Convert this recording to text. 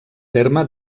terme